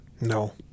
No